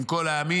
עם כל העמים,